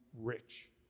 Rich